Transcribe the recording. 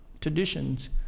traditions